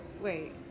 Wait